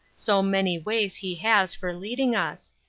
so many ways he has for leading us!